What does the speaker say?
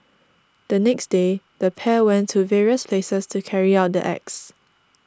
the next day the pair went to various places to carry out the acts